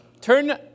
Turn